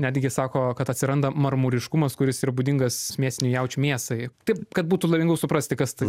netgi sako kad atsiranda marmuriškumas kuris yra būdingas mėsinių jaučių mėsai taip kad būtų lengviau suprasti kas tai